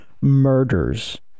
Murders